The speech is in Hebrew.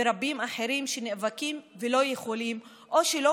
ורבים אחרים שנאבקים ולא יכולים או שלא